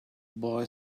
boy